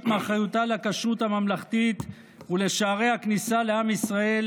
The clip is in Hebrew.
מאחריותה לכשרות הממלכתית ולשערי הכניסה לעם ישראל,